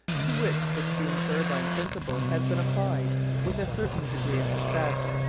to which the steam-turbine principle has been applied with a certain degree of success.